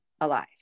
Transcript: alive